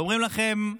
ואומרים לכם: